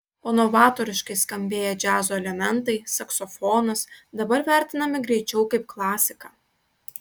o novatoriškai skambėję džiazo elementai saksofonas dabar vertinami greičiau kaip klasika